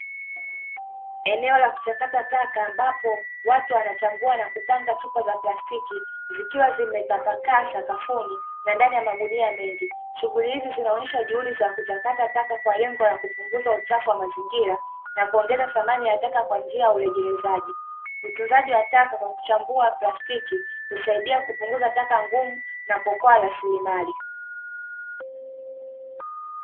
Eneo la kuchakata taka ambapo watu wanachambua na kupanga chupa za plastiki zikiwa zimetapakaa sakafuni na ndani ya magunia mengi ,shughuli hizi zinaonesha kuchakata taka kwa lengo la kupunguza uchafu wa mazingira na kuongeza thamani ya taka kwa njia ya urejelezaji. Utunzaji wa taka kwa kuchambua plastiki husaidia kupunguza taka ngumu na kuokoa rasilimali.